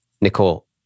Nicole